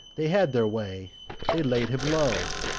they had their way they laid him low.